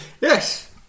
Yes